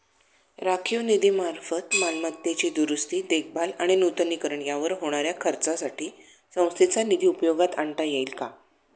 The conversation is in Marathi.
राखीव निधीमार्फत मालमत्तेची दुरुस्ती, देखभाल आणि नूतनीकरण यावर होणाऱ्या खर्चासाठी संस्थेचा निधी उपयोगात आणता येईल का?